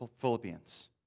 Philippians